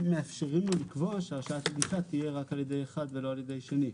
מאפשרים לו לקבוע שההרשאה תהיה רק על ידי אחד ולא על ידי השני.